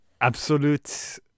absolute